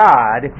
God